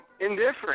indifferent